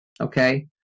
okay